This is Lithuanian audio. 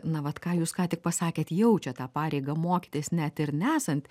na vat ką jūs ką tik pasakėt jaučia tą pareigą mokytis net ir nesant